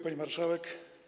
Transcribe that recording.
Pani Marszałek!